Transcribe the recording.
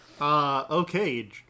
Okay